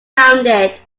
rounded